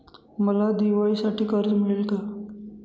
मला दिवाळीसाठी कर्ज मिळेल का?